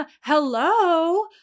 hello